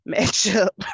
matchup